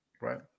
right